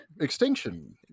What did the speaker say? extinction